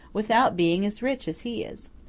without being as rich as he is.